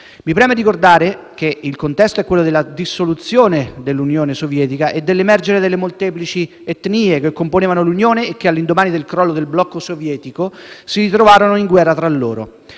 Mi preme ricordare che il contesto è quello della dissoluzione dell'Unione Sovietica e dell'emergere delle molteplici etnie che componevano l'unione e che, all'indomani del crollo del blocco sovietico, si ritrovarono in guerra tra loro.